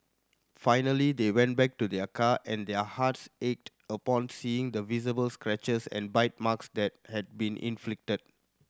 finally they went back to their car and their hearts ached upon seeing the visible scratches and bite marks that had been inflicted